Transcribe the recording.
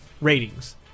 ratings